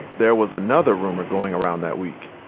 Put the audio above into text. there was another rumor going around that week.